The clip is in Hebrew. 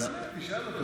תשאל אותו.